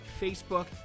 Facebook